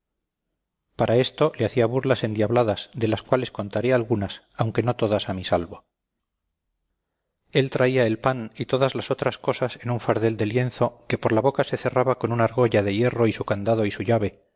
para esto le hacía burlas endiabladas de las cuales contaré algunas aunque no todas a mi salvo él traía el pan y todas las otras cosas en un fardel de lienzo que por la boca se cerraba con una argolla de hierro y su candado y su llave